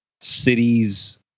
cities